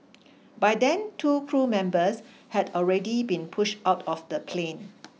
by then two crew members had already been push out of the plane